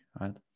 right